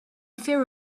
fear